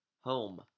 home